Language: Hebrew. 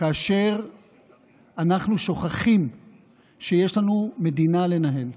כאשר אנחנו שוכחים שיש לנו מדינה לנהל,